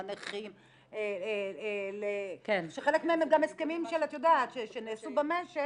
לנכים, שחלק מהם גם הסכמים שנעשו במשק